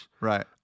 Right